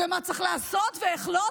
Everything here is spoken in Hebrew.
ומה צריך לעשות, ואיך לא.